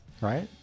right